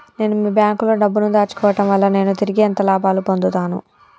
నేను మీ బ్యాంకులో డబ్బు ను దాచుకోవటం వల్ల నేను తిరిగి ఎంత లాభాలు పొందుతాను?